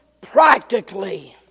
practically